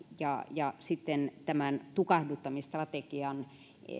ja ja sitten tämän tukahduttamisstrategian